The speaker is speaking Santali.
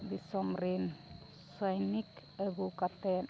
ᱫᱤᱥᱚᱢ ᱨᱮᱱ ᱥᱚᱭᱱᱤᱠ ᱟᱹᱜᱩ ᱠᱟᱛᱮᱫ